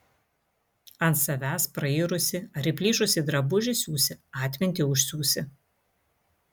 ant savęs prairusį ar įplyšusį drabužį siūsi atmintį užsiūsi